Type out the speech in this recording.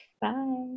Bye